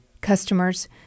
Customers